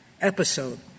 episode